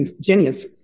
genius